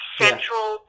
central